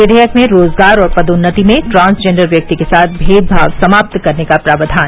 विधेयक में रोजगार और पदोन्नति में ट्रांसजेंडर व्यक्ति के साथ भेदभाव समाप्त करने का प्रावधान